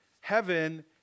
Heaven